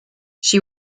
she